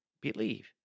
believe